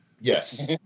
Yes